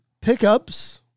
Pickups